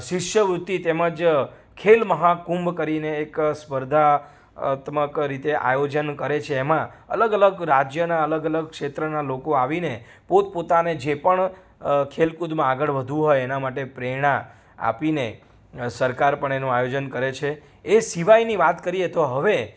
શિષ્યવૃત્તિ તેમજ ખેલમહાકુંભ કરીને એક સ્પર્ધાત્મક રીતે આયોજન કરે છે એમાં અલગ અલગ રાજ્યનાં અલગ અલગ ક્ષેત્રનાં લોકો આવીને પોતપોતાને જે પણ ખેલકૂદમાં આગળ વધવું હોય એના માટે પ્રેરણા આપીને સરકાર પણ એનું આયોજન કરે છે એ સિવાયની વાત કરીએ તો હવે